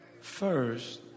first